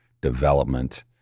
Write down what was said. development